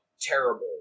terrible